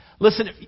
Listen